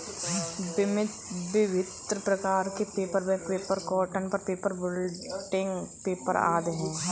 विभिन्न प्रकार के paper, bank paper, cotton paper, blotting paper आदि हैं